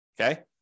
okay